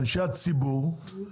אנשי הציבור,